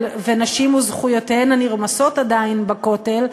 ונשים וזכויותיהן הנרמסות עדיין בכותל,